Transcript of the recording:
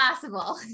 possible